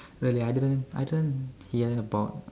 really I didn't I didn't hear about